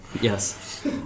Yes